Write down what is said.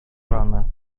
ranę